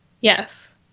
yes